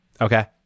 Okay